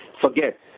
forget